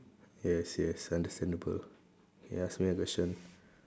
yes yes understandable K ask me a question